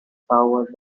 power